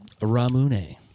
Ramune